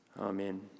Amen